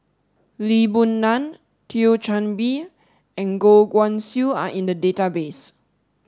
Lee Boon Ngan Thio Chan Bee and Goh Guan Siew are in the database